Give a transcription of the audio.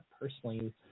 Personally